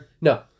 No